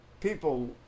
people